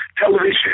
television